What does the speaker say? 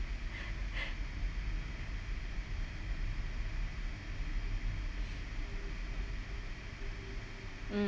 mm